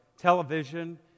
television